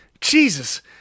Jesus